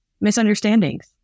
misunderstandings